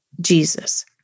Jesus